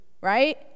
right